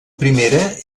primera